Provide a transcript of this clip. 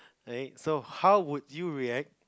alright so how would you react